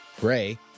Gray